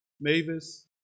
Mavis